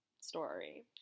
story